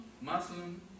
Muslim